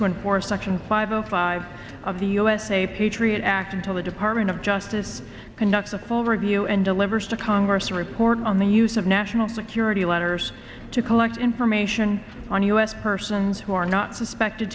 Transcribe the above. to enforce section five zero five of the usa patriot act until the department of justice conducts a full review and delivers to congress a report on the use of national security letters to collect information on u s persons who are not suspected